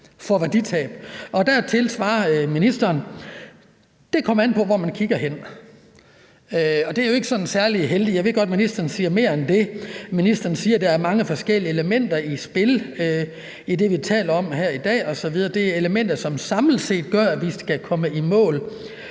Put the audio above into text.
Dertil svarer ministeren: »Det kommer an på, hvor man kigger hen« . Det er jo ikke sådan særlig heldigt, og jeg ved godt, at ministeren siger mere end det. Ministeren siger: »Der er mange forskellige elementer i spil i det, vi taler om her i dag. Elementer, som samlet set gør, at vi skal komme i mål